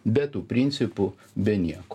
be tų principų be nieko